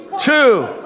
two